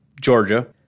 Georgia